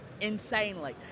insanely